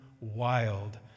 wild